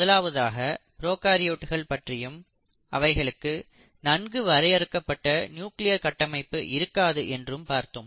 முதலாவதாக ப்ரோகாரியோட்கள் பற்றியும் அவைகளுக்கு நன்கு வரையறுக்கப்பட்ட நியூக்ளியர் கட்டமைப்பு இருக்காது என்றும் பார்த்தோம்